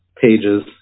pages